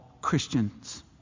Christians